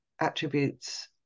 attributes